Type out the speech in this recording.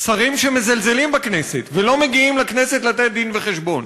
שרים שמזלזלים בכנסת ולא מגיעים לכנסת לתת דין-וחשבון.